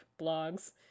blogs